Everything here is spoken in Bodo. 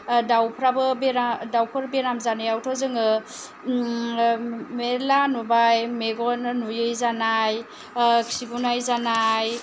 दाउफ्राबो बेराम दाउफोर बेराम जानायावथ' जोङो मेरला नुबाय मेगना नुयै जानाय खिगुनाय जानाय